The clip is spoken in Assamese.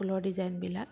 ফুলৰ ডিজাইনবিলাক